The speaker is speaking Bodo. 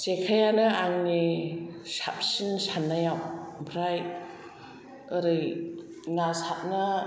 जेखाइयानो आंनि साबसिन साननायाव ओमफ्राय ओरै ना साथनो